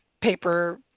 paper